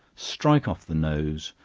strike off the nose,